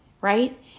right